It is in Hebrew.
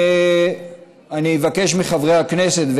אני אבקש מחברי הכנסת,